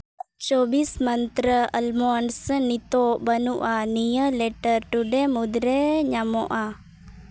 ᱪᱚᱵᱤᱥ ᱢᱚᱱᱛᱨᱟ ᱟᱞᱢᱚᱱᱰᱥ ᱥᱮ ᱱᱤᱛᱚᱜ ᱵᱟᱹᱱᱩᱜᱼᱟ ᱱᱤᱭᱟᱹ ᱞᱮᱴᱟᱨ ᱴᱩ ᱰᱮ ᱢᱩᱫᱽᱨᱮ ᱧᱟᱢᱚᱜᱼᱟ